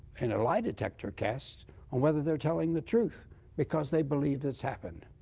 and lie detector test on whether they're telling the truth because they believe it's happened.